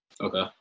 Okay